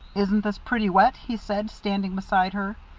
isn't this pretty wet? he said, standing beside her.